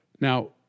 Now